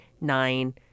nine